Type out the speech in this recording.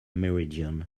meridian